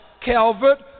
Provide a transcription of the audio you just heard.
Calvert